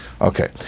Okay